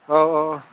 औ औ औ